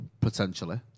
potentially